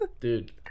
Dude